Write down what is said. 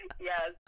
Yes